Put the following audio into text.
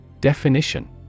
Definition